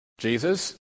Jesus